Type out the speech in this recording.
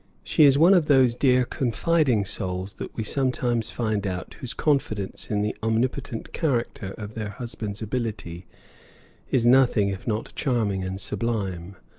she is one of those dear confiding souls that we sometimes find out whose confidence in the omnipotent character of their husbands' ability is nothing if not charming and sublime.